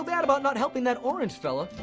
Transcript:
bad about not helping that orange fella.